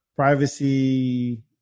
Privacy